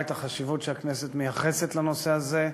את החשיבות שהכנסת מייחסת לנושא הזה.